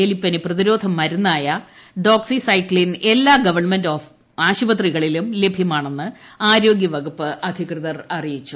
എലിപ്പനി പ്രതിരോധ മരുന്നായ ഡോക്സിസൈക്ളിൻ എല്ലാ ഗവൺമെന്റ് ആശുപത്രികളിലും ലഭ്യമാണെന്ന് ആരോഗ്യ വകുപ്പ് അധ്ധികൃത്ർ അറിയിച്ചു